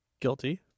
guilty